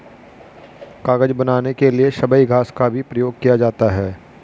कागज बनाने के लिए सबई घास का भी प्रयोग किया जाता है